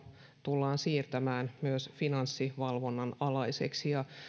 tullaan siirtämään myös finanssivalvonnan alaiseksi